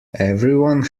everyone